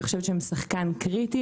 אני חושבת שהן שחקן קריטי,